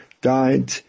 died